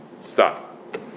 Stop